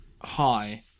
hi